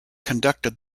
conducted